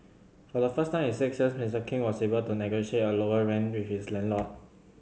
for the first time in six years Mister King was able to negotiate a lower rent with his landlord